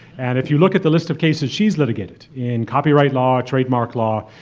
and if you look at the list of cases she's litigated in copyright law, trademark law,